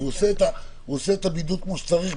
הוא עושה את הבידוד כמו שצריך,